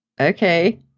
okay